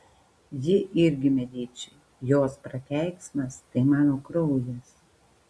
ji irgi mediči jos prakeiksmas tai mano kraujas